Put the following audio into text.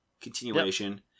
continuation